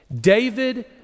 David